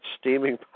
steaming